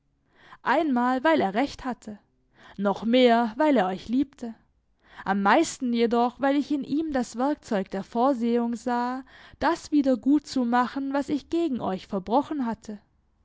einmal weil er recht hatte noch mehr weil er euch liebte am meisten jedoch weil ich in ihm das werkzeug der vorsehung sah das wieder gut zu machen was ich gegen euch verbrochen hatte